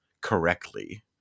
correctly